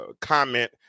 comment